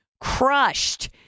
crushed